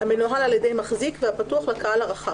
המנוהל על יד מחזיק והפתוח לקהל הרחב,